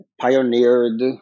pioneered